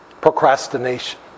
procrastination